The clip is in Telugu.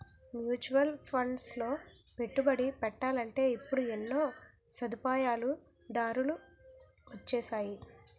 మ్యూచువల్ ఫండ్లలో పెట్టుబడి పెట్టాలంటే ఇప్పుడు ఎన్నో సదుపాయాలు దారులు వొచ్చేసాయి